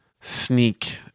sneak